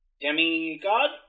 Demigod